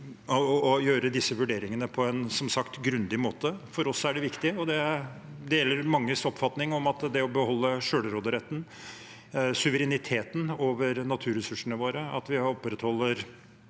å gjøre disse vurderingene på en grundig måte, som sagt. For oss er det viktig, og det er manges oppfatning, at det å beholde selvråderetten, suvereniteten over naturressursene våre, at vi opprettholder